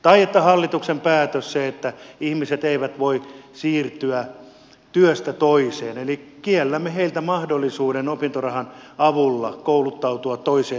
tai kun tehtiin se hallituksen päätös että ihmiset eivät voi siirtyä työstä toiseen kiellämme heiltä mahdollisuuden opintorahan avulla kouluttautua toiseen tutkintoon